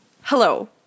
Hello